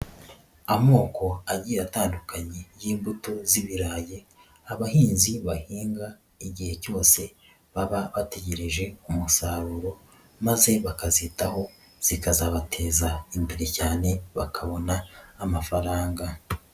Amoko agiye atandukanye y'imbuto z'ibirayi, abahinzi bahinga igihe cyose baba bategereje umusaruro maze bakazitaho zikazabateza imbere cyane bakabona amafaranga.